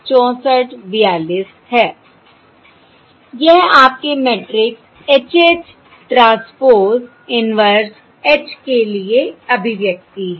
यह आपके matrix H H transpose inverse H के लिए अभिव्यक्ति है